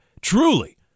Truly